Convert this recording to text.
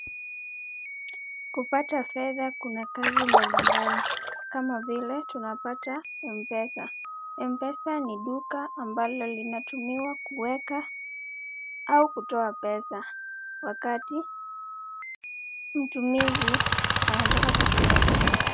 Kupata fedha kuna kazi mbalimbali kama vile tunapata mpesa. Mpesa ni duka ambalo linatumiwa kuweka au kutoa pesa wakati mtumizi anataka kutumia pesa yake.